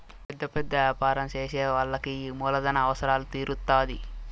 పెద్ద పెద్ద యాపారం చేసే వాళ్ళకి ఈ మూలధన అవసరాలు తీరుత్తాధి